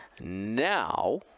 now